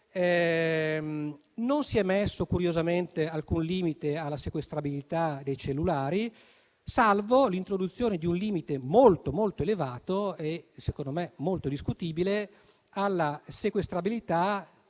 Non si è messo curiosamente alcun limite alla sequestrabilità dei cellulari, salvo l'introduzione di un limite molto, molto elevato - e secondo me molto discutibile - alla sequestrabilità